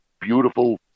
beautiful